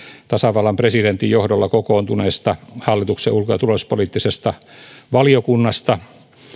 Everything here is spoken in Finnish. tasavallan presidentin johdolla kokoontuneesta hallituksen ulko ja turvallisuuspoliittisesta valiokunnasta